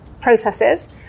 processes